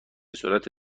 صورت